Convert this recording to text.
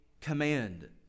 command